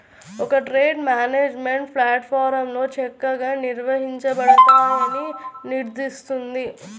ఒక trade management ప్లాట్ఫారమ్లో చక్కగా నిర్వహించబడతాయని నిర్ధారిస్తుంది